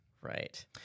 Right